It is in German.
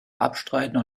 abstreiten